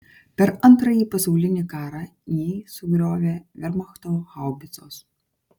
per antrąjį pasaulinį karą jį sugriovė vermachto haubicos